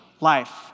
life